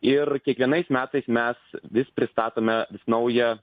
ir kiekvienais metais mes vis pristatome naują